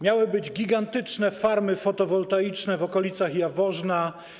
Miały być gigantyczne farmy fotowoltaiczne w okolicach Jaworzna.